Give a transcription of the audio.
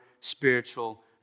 spiritual